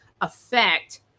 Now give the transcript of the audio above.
affect